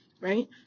Right